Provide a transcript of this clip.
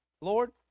Lord